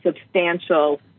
substantial